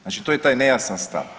Znači to je taj nejasan stav.